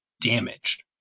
damaged